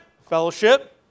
Fellowship